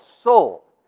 soul